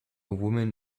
woman